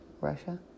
Russia